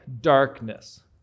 darkness